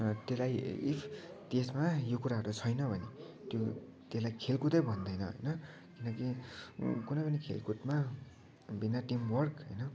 त्यसलाई इफ त्यसमा यो कुराहरू छैन भने त्यो त्यसलाई खेलकुदै भन्दैन होइन किनकि कुनै पनि खेलकुदमा बिना टिम वर्क होइन